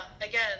Again